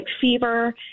fever